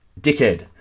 dickhead